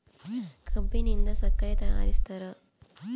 ಕಬ್ಬಿನಿಂದ ಸಕ್ಕರೆ ತಯಾರಿಸ್ತಾರ